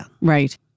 Right